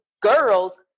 girls